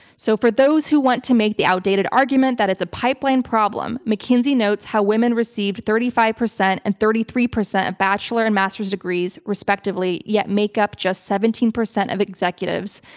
so for those who want to make the outdated argument that it's a pipeline problem, mckinsey notes how women received thirty five percent and thirty three percent of bachelor and masters degrees, respectively, yet make up just seventeen percent of executives.